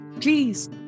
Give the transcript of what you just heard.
please